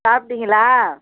சாப்பிட்டிங்களா